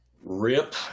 rip